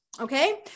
Okay